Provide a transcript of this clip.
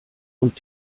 und